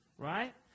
Right